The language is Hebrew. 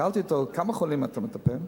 שאלתי אותו: בכמה חולים אתה מטפל?